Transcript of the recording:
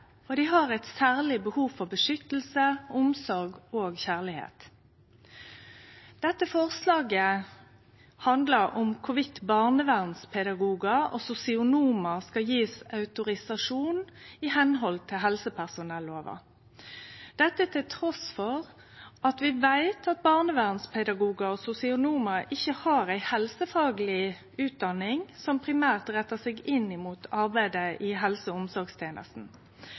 har eit særleg behov for vern, omsorg og kjærleik. Dette forslaget handlar om om barnevernspedagogar og sosionomar skal gjevast autorisasjon i samsvar med helsepersonellova – dette til trass for at vi veit at barnevernspedagogar og sosionomar ikkje har ei helsefagleg utdanning som primært rettar seg inn mot arbeidet i helse- og